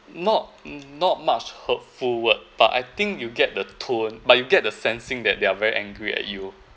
not not much hurtful word but I think you get the tone but you get the sensing that they are very angry at you